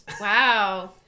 Wow